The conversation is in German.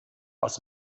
aus